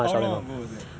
how long ago was that